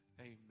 Amen